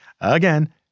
Again